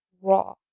raw